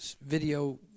video